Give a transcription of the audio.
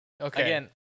Okay